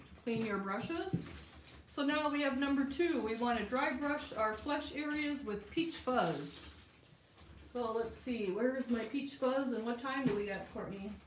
clean your brushes so now we have number two. we want to dry brush our flesh areas with peach fuzz so, let's see. where is my peach fuzz? and what time do we got courtney?